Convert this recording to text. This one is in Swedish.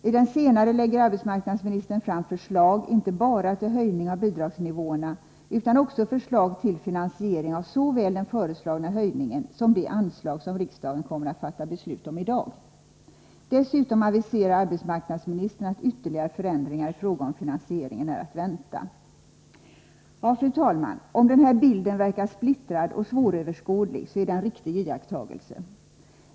I den senare lägger arbetsmarknadsministern fram förslag inte bara till höjning av bidragsnivåerna utan också till finansiering av såväl den föreslagna höjningen som det anslag som riksdagen kommer att fatta beslut om i dag. Dessutom aviserar arbetsmarknadsministern att ytterligare förändringar i fråga om finansieringen är att vänta. Ja, fru talman, om den här bilden verkar splittrad och svåröverskådlig så är det en riktig iakttagelse.